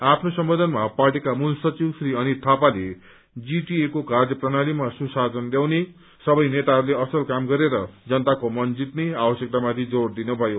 आफ्नो सम्बोधनमा पार्टी मूल सचिव श्री अनित थापाले जीटीए को कार्यप्रणालीमा सुशासन ल्याउने सबै नेताहरूले असल काम गरेर जनताको मन जितने आवश्यकक्ता माथि जोड दिनुभयो